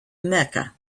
mecca